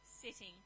Sitting